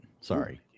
Sorry